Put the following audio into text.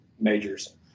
majors